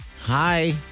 Hi